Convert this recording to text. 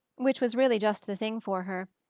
which was really just the thing for her,